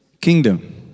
kingdom